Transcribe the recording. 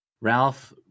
Ralph